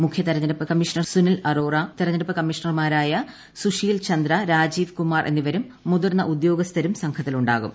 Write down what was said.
മുഖ്യ തിരഞ്ഞെടുപ്പ് കമ്മീഷണർ സുനിൽ അറോറ തിരഞ്ഞെടുപ്പ് കമ്മീഷണർമാരായ സുശീൽ ചന്ദ്ര രാജീവ് കുമാർ എന്നിവരും മുതിർന്ന ഉദ്യോഗസ്ഥരും സംഘത്തിലുണ്ടാകും